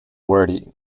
wordy